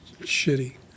shitty